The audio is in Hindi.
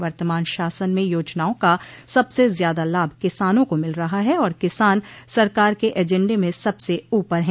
वर्तमान शासन में योजनाओं का सबसे ज्यादा लाभ किसानों को मिल रहा है और किसान सरकार के एजेंडे में सबसे ऊपर है